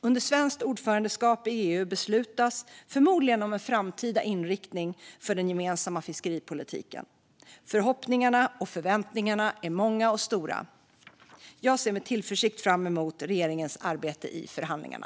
Under svenskt ordförandeskap i EU beslutas förmodligen om en framtida inriktning för den gemensamma fiskeripolitiken. Förhoppningarna och förväntningarna är många och stora. Jag ser med tillförsikt fram emot regeringens arbete i förhandlingarna.